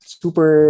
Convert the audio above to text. super